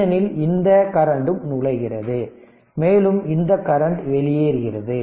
ஏனெனில் இந்த கரண்டும் நுழைகிறது மேலும் இந்த கரண்ட் வெளியேறுகிறது